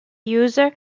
user